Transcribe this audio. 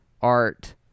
art